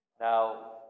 Now